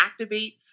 activates